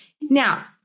Now